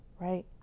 right